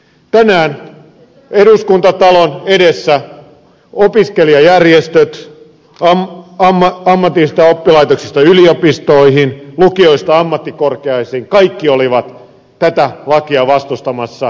tänään eduskuntatalon edessä opiskelijajärjestöt ammatillisista oppilaitoksista yliopistoihin lukioista ammattikorkeisiin kaikki olivat tätä lakia vastustamassa